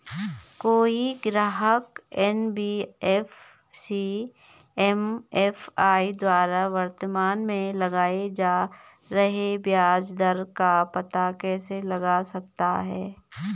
कोई ग्राहक NBFC MFI द्वारा वर्तमान में लगाए जा रहे ब्याज दर का पता कैसे लगा सकता है?